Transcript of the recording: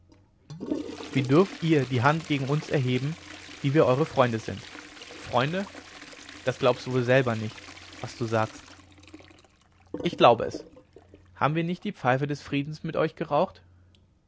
wie dürft ihr die hand gegen uns erheben die wir eure freunde sind freunde da glaubst du wohl selber das nicht was du sagst ich glaube es haben wir nicht die pfeife des friedens mit euch geraucht